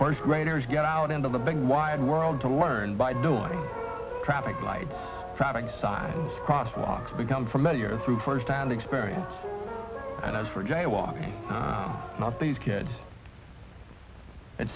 first graders get out into the big wide world to learn by doing traffic light traffic signs crosswalks become familiar through first hand experience and as for jaywalking not these kids it